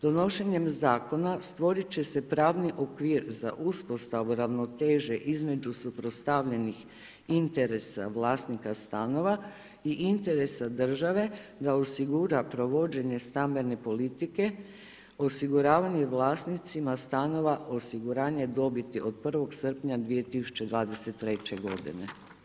Donošenjem zakona stvorit će se pravni okvir za uspostavu ravnoteže između suprotstavljenih interesa vlasnika stanova i interesa države da osigura provođenje stambene politike osiguravanje vlasnicima stanova osiguranje dobiti od 1. srpnja 2023. godine.